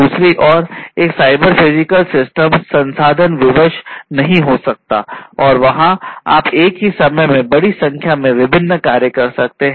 दूसरी ओर एक साइबर फिजिकल सिस्टम संसाधन विवश नहीं हो सकता है और वहाँ आप एक ही समय में बड़ी संख्या में विभिन्न कार्य कर सकते हैं